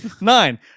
Nine